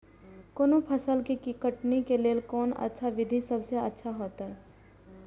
कोनो फसल के कटनी के लेल कोन अच्छा विधि सबसँ अच्छा होयत?